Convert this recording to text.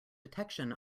detection